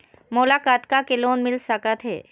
मोला कतका के लोन मिल सकत हे?